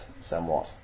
somewhat